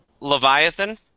Leviathan